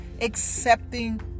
accepting